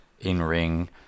in-ring